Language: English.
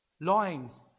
Lines